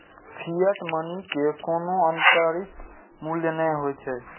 fiat money के कोनो आंतरिक मूल्य नै होइ छै